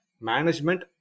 management